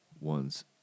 One's